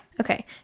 okay